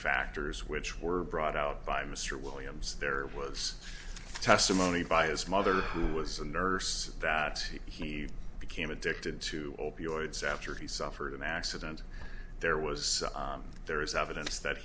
factors which were brought out by mr williams there was testimony by his mother who was a nurse that he became addicted to opioids after he suffered an accident there was there is evidence that